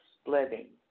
Splitting